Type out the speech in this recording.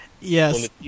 Yes